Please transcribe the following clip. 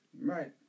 Right